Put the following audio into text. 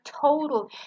total